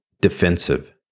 defensive